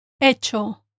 Hecho